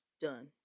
done